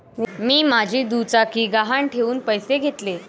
मी माझी दुचाकी गहाण ठेवून पैसे घेतले